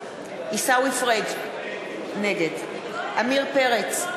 עיסאווי פריג' נגד עמיר פרץ,